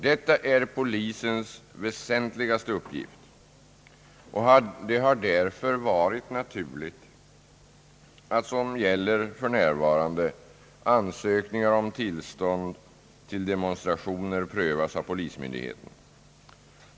Detta är polisens väsentligaste uppgift, och det har därför varit naturligt att, såsom gäller för närvarande, ansökningar om tillstånd till demonstrationer prövas av polismyndigheten.